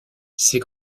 ces